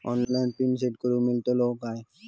Online pin set करूक मेलतलो काय?